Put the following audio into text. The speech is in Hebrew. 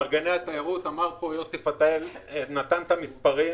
יוסי פתאל נתן את המספרים,